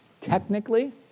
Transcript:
Technically